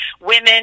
Women